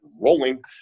rolling